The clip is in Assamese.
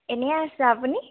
এনেই আছে আপুনি